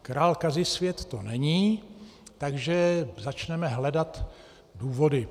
Král Kazisvět to není, takže začneme hledat důvody.